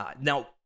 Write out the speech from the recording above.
Now